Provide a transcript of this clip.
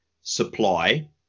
supply